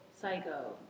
Psycho